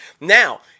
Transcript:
Now